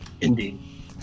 Indeed